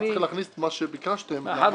גם צריך להכניס את מה שביקשתם -- מאחר